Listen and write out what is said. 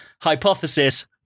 Hypothesis